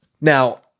Now